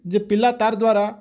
ଯେ ପିଲା ତାର ଦ୍ୱାରା